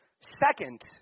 Second